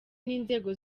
n’inzego